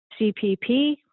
CPP